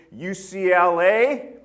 UCLA